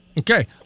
Okay